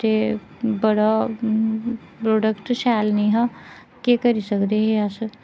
ते बड़ा प्रोडक्ट शैल नेईं हा केह् करी सकदे हे अस